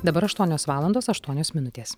dabar aštuonios valandos aštuonios minutės